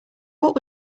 what